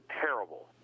terrible